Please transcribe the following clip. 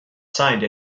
signed